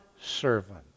servant